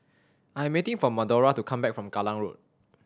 I am waiting for Madora to come back from Kallang Road